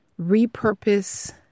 repurpose